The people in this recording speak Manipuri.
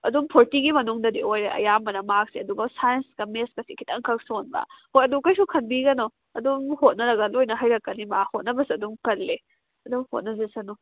ꯑꯗꯨꯝ ꯐꯣꯔꯇꯤꯒꯤ ꯃꯅꯨꯡꯗꯗꯤ ꯑꯣꯏꯔꯦ ꯑꯌꯥꯝꯕꯅ ꯃꯥꯔꯛꯁꯦ ꯑꯗꯨꯒ ꯁꯥꯏꯟꯁꯀ ꯃꯦꯠꯁꯀꯁꯤ ꯈꯤꯇꯪꯈꯛ ꯁꯣꯟꯕ ꯍꯣꯏ ꯑꯗꯨ ꯀꯩꯁꯨ ꯈꯟꯕꯤꯒꯅꯨ ꯑꯗꯨꯝ ꯍꯣꯠꯅꯔꯒ ꯑꯗꯨꯝ ꯂꯣꯏꯅ ꯍꯩꯔꯛꯀꯅꯤ ꯃꯥ ꯍꯣꯠꯅꯕꯁꯨ ꯑꯗꯨꯝ ꯀꯜꯂꯤ ꯑꯗꯨꯝ ꯍꯣꯠꯅꯖꯁꯅꯨ